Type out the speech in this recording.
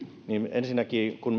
ensinnäkin kun